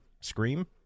Scream